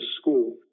school